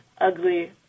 ugly